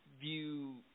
view